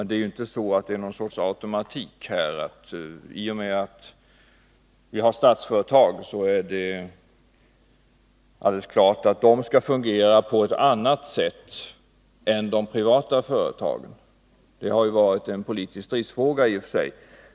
Det finns inte någon sorts automatik här som innebär att det är alldeles klart att statliga företag skall fungera på ett annat sätt än de privata företagen. Det har ju varit en politisk stridsfråga i och för sig.